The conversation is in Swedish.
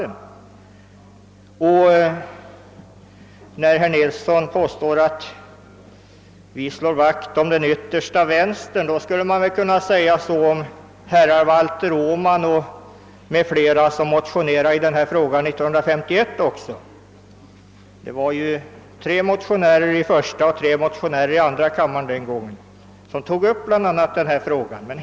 När herr Nilsson påstår att vi slår vakt om den yttersta vänstern skulle man väl kunna säga detsamma om Valter Åman m.fl. som motionerade i denna fråga 1951. Den gången var det tre motionärer i vardera första och andra kammaren.